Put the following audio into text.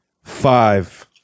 five